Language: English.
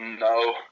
No